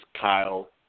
Kyle